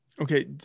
okay